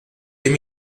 deux